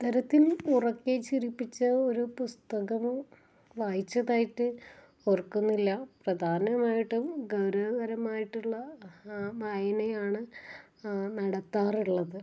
അത്തരത്തിൽ ഉറക്കെ ചിരിപ്പിച്ച ഒരു പുസ്തകം വായിച്ചതായിട്ട് ഓർക്കുന്നില്ല പ്രധാനമായിട്ടും ഗൗരവ പരമായിട്ടുള്ള വായനയാണ് നടത്താറുള്ളത്